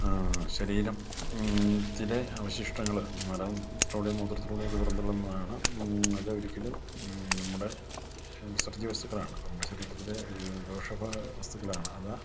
ശരീരം ത്തിലെ അവശിഷ്ടങ്ങൾ മലവും മലത്തിലൂടെയും മൂത്രത്തിലൂടെയും പുറന്തള്ളുന്നതാണ് അത് ഒരിക്കലും നമ്മുടെ വിസർജ്ജ്യ വസ്തുക്കളാണ് നമ്മുടെ ശരീരത്തിലെ ദോഷ ഭ വസ്തുക്കളാണ് അത്